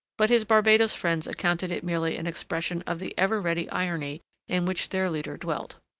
but his barbados friends accounted it merely an expression of the ever-ready irony in which their leader dealt.